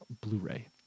Blu-ray